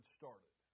started